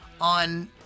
on